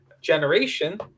generation